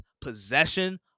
possession